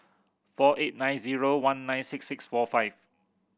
four eight nine zero one nine six six four five